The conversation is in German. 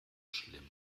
schlimm